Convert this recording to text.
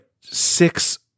six